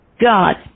God